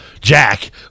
Jack